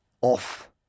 off